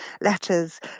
letters